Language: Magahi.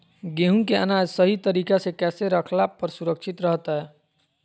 गेहूं के अनाज सही तरीका से कैसे रखला पर सुरक्षित रहतय?